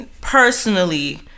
personally